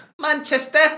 Manchester